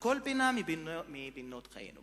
ובכל פינה מפינות חיינו.